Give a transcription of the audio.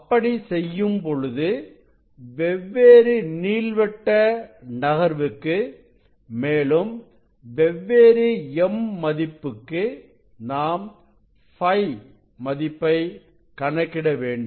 அப்படி செய்யும் பொழுது வெவ்வேறு நீள்வட்ட நகர்வுக்கு மேலும் வெவ்வேறு m மதிப்புக்கு நாம் Φ மதிப்பை கணக்கிட வேண்டும்